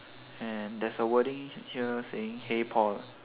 and there's a wording here saying hey Paul